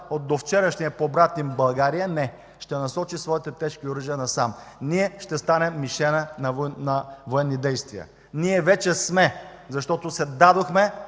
от довчерашния побратим България? Не! Ще насочи своите тежки оръжия насам. Ние ще станем мишена на военни действия. Ние вече сме, защото се дадохме